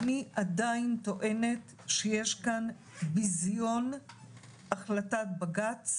אני עדיין טוענת, שיש כאן בזיון החלטת בג"ץ,